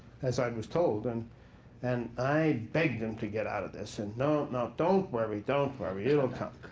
as i was told. and and i begged him to get out of this. and no, no, don't worry, don't worry, it'll come.